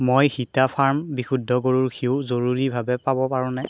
মই হিটা ফাৰ্ম বিশুদ্ধ গৰুৰ ঘিউ জৰুৰীভাৱে পাব পাৰোঁনে